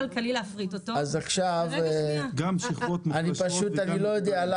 השר אומר שהוא מקבל את